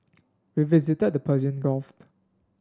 we visited the Persian Gulf